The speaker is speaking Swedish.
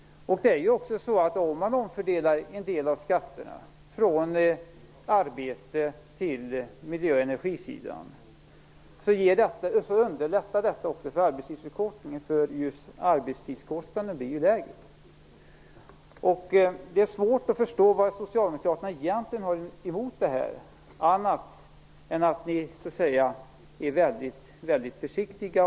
Om man omfördelar en del av skatterna från arbete till miljö och energi underlättar det också för arbetstidsförkortningen. Arbetstidskostnaden blir ju lägre. Det är svårt att förstå vad socialdemokraterna egentligen har emot det här, bortsett från att ni är väldigt försiktiga.